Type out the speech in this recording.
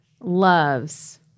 loves